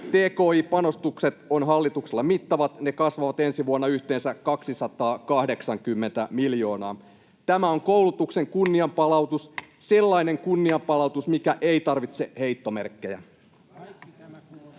Tki-panostukset ovat hallituksella mittavat, ne kasvavat ensi vuonna yhteensä 280 miljoonaa. Tämä on koulutuksen kunnianpalautus, sellainen kunnianpalautus, mikä ei tarvitse heittomerkkejä.